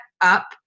up